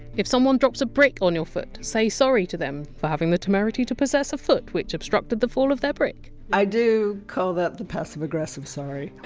if someone drops a brick on your foot, say sorry to them for having the temerity to possess a foot which obstructed the fall of their brick i do call that the passive-aggressive sorry.